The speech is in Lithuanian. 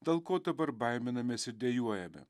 dėl ko dabar baiminamės ir dejuojame